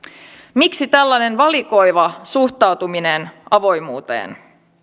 miksi tällainen valikoiva suhtautuminen avoimuuteen